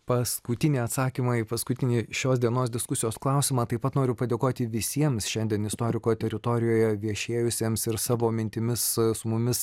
paskutinį atsakymą į paskutinį šios dienos diskusijos klausimą taip pat noriu padėkoti visiems šiandien istoriko teritorijoje viešėjusiems ir savo mintimis su mumis